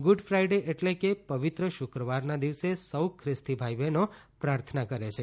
good Friday એટલે કે પવિત્ર શુક્રવારના દિવસે સૌ ખ્રિસ્તી ભાઈ બહેનો પ્રાર્થના કરે છે